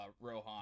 Rohan